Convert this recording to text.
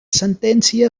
sentència